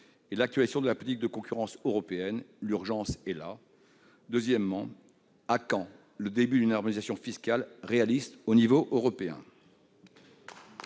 et l'actualisation de la politique de concurrence européenne ? L'urgence est là ! Deuxièmement, à quand le début d'une harmonisation fiscale réaliste à l'échelon européen ?